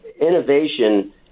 Innovation